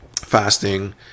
fasting